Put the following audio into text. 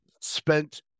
spent